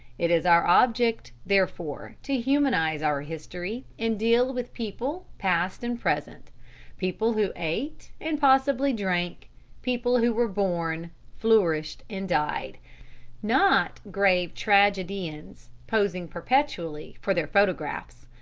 it is our object, therefore, to humanize our history and deal with people past and present people who ate and possibly drank people who were born, flourished, and died not grave tragedians, posing perpetually for their photographs.